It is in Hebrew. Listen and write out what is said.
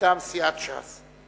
מטעם סיעת ש"ס.